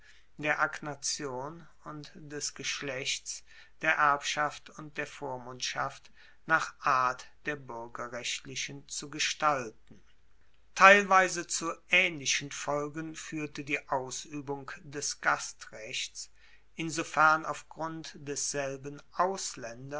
der agnation und des geschlechts der erbschaft und der vormundschaft nach art der buergerrechtlichen zu gestalten teilweise zu aehnlichen folgen fuehrte die ausuebung des gastrechts insofern auf grund desselben